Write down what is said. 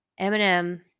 Eminem